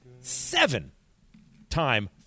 seven-time